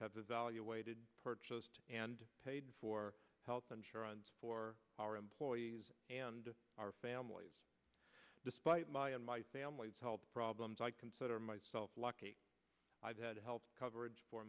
evaluated purchased and paid for health insurance for our employees and our families despite my and my family's health problems i consider myself lucky i've had health coverage for